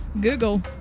Google